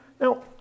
Now